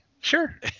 sure